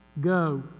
go